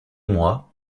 moi